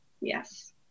Yes